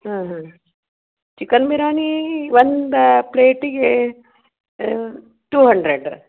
ಹಾಂ ಹಾಂ ಚಿಕನ್ ಬಿರಾನಿ ಒಂದು ಪ್ಲೇಟಿಗೆ ಟು ಹಂಡ್ರೆಡ್